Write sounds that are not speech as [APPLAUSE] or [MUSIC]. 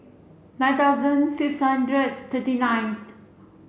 nine thousand six hundred thirty ninth [UNINTELLIGIBLE]